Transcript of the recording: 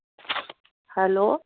hello